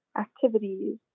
activities